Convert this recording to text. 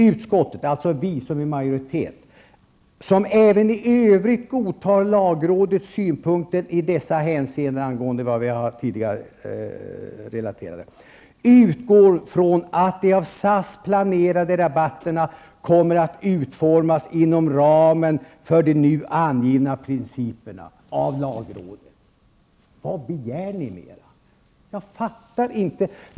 Vi som är i majoritet skriver så här: ''Utskottet, som även i övrigt godtar lagrådets synpunkter i dessa hänseenden,'' -- det har vi tidigare relaterat -- ''utgår från att de av SAS planerade rabatterna kommer att utformas inom ramen för de nu angivna principerna.'' Det är alltså principer angivna av lagrådet. Vad begär ni mera? Jag fattar inte detta.